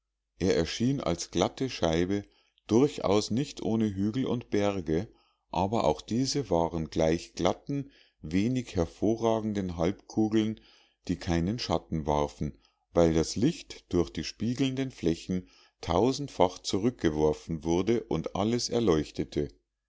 er erschien als glatte scheibe durchaus nicht ohne hügel und berge aber auch diese waren gleich glatten wenig hervorragenden halbkugeln die keinen schatten warfen weil das licht durch die spiegelnden flächen tausendfach zurückgeworfen wurde und alles erleuchtete